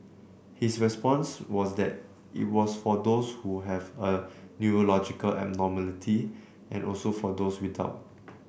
his response was that it was for those who have a neurological abnormality and also for those without